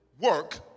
Work